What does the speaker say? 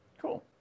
Cool